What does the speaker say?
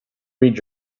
read